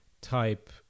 type